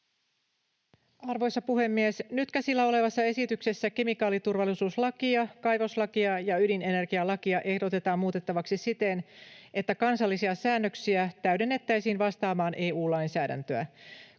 Arvoisa puhemies! Nyt käsillä olevassa esityksessä kemikaaliturvallisuuslakia, kaivoslakia ja ydinenergialakia ehdotetaan muutettavaksi siten, että kansallisia säännöksiä täydennettäisiin vastaamaan EU-lainsäädäntöä.